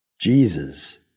Jesus